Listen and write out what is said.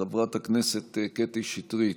חברת הכנסת קטי שטרית,